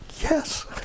Yes